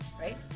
right